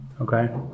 Okay